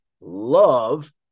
love